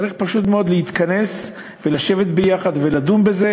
צריך פשוט מאוד להתכנס ולשבת יחד ולדון בזה,